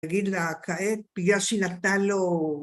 תגיד לה, כעת בגלל שהיא נתנה לו